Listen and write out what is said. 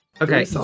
Okay